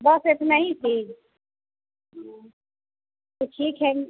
बस इतना ही चीज़ तो ठीक है